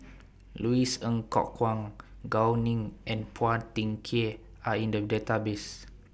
Louis Ng Kok Kwang Gao Ning and Phua Thin Kiay Are in The Database